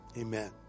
Amen